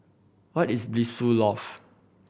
where is Blissful Loft